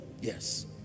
Yes